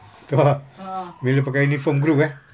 betul juga bila pakai uniform group eh